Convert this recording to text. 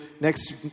next